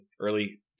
early